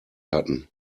hatten